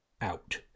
out